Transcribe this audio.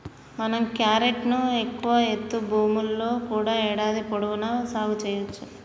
మనం క్యారెట్ ను ఎక్కువ ఎత్తు భూముల్లో కూడా ఏడాది పొడవునా సాగు సెయ్యవచ్చు